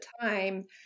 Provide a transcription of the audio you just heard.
time